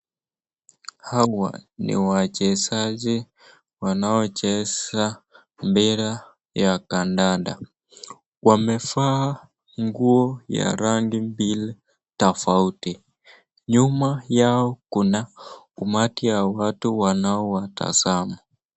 Hawa ni wachezaji wanaocheza mpira ya kandanda wamefa nguo ya rangi mbili tafauti, nyuma yao kuna umati wa watu wanaowatazama.